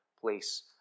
place